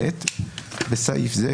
בסעיף זה,